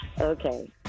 Okay